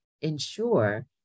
ensure